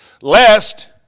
Lest